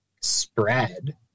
spread